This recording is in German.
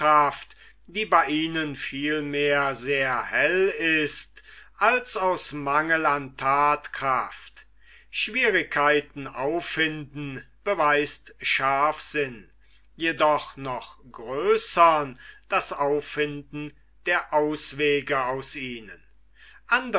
die bei ihnen vielmehr sehr hell ist als aus mangel an thatkraft schwierigkeiten auffinden beweist scharfsinn jedoch noch größern das auffinden der auswege aus ihnen